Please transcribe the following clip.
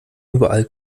überall